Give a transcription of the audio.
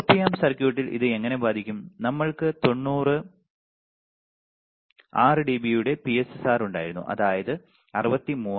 Op amp സർക്യൂട്ടിൽ ഇത് എങ്ങനെ ബാധിക്കും നമ്മൾക്ക് 90 6 dB യുടെ PSRR ഉണ്ടായിരുന്നു അതായത് 63000